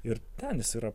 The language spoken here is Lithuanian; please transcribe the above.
ir ten jis yra